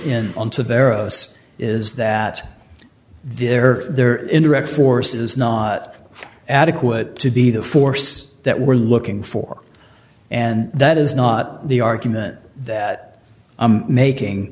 in onto their us is that their their indirect force is not adequate to be the force that we're looking for and that is not the argument that making